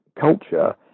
culture